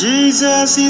Jesus